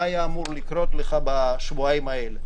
מה היה אמור לקרות לך בשבועיים האלה.